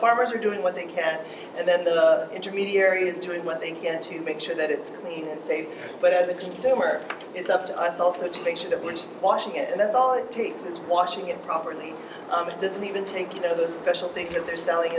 farmers are doing what they can and then the intermediary is doing what they can to make sure that it's clean and safe but as a consumer it's up to us also to make sure that we're just washing it and that's all it takes is watching it properly it doesn't even take you know the special think that they're selling